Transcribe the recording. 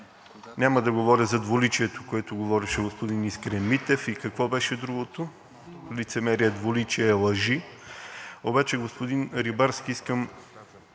Няма да говоря за двуличието, за което говореше господин Искрен Митев, и какво беше другото – лицемерие, двуличие, лъжи! Обаче, господин Рибарски, искам